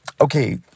okay